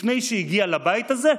לפני שהגיעה לבית הזה?